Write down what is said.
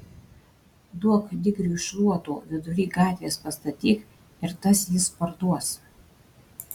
duok digriui šluotų vidury gatvės pastatyk ir tas jis parduos